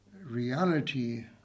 reality